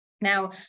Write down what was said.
Now